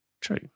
True